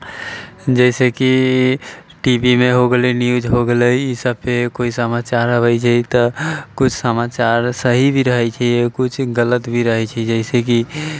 जइसे कि टीवीमे हो गेलै न्यूज हो गेलै ई सभ पे कोइ समाचार अबैत छै तऽ किछु समाचार सही भी रहैत छै किछु गलत भी रहैत छै जइसे कि